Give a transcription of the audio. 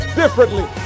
differently